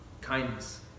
kindness